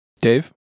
Dave